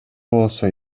болсо